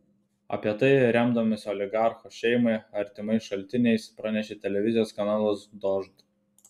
apie tai remdamasis oligarcho šeimai artimais šaltiniais pranešė televizijos kanalas dožd